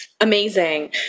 Amazing